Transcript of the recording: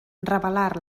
revelar